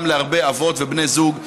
גם להרבה אבות ובני זוג,